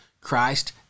Christ